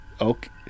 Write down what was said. okay